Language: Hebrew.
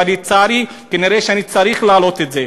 ולצערי כנראה אני צריך לעלות את זה,